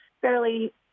fairly